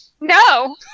No